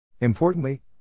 Importantly